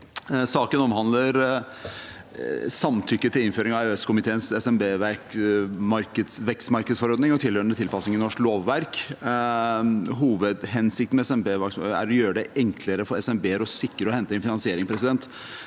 Saken omhandler samtykke til innføring av EØS-komiteens SMB-vekstmarkedsforordning og tilhørende tilpassing i norsk lovverk. Hovedhensikten med SMBforordningen er å gjøre det enklere for SMB-er å sikre og hente inn finansiering. Det